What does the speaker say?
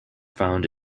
found